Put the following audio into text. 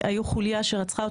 לימור סון הר מלך (עוצמה יהודית): המחבלים